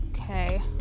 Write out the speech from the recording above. Okay